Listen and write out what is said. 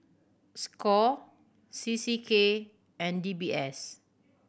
score C C K and D B S